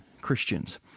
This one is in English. Christians